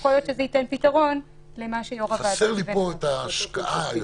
אז שיעורי הבית שלכם זה לנסח לנו את הדבר הזה שיש עליו תמימות דעים.